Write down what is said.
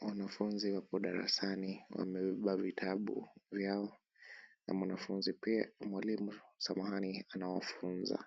Wanafunzi wapo darasani wamebeba vitabu vyao na mwanafunzi pia mwalimu samahani anawafunza.